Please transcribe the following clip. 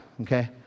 Okay